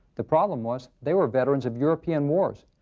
the problem was, they were veterans of european wars.